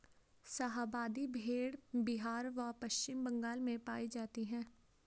शाहाबादी भेड़ बिहार व पश्चिम बंगाल में पाई जाती हैं